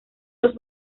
los